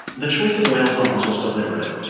the choice of whale songs was deliberate.